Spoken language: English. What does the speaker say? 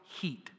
heat